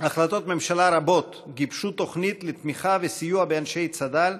ממשלה רבות גיבשו תוכנית לתמיכה וסיוע לאנשי צד"ל,